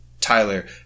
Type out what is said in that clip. Tyler